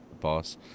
boss